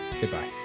goodbye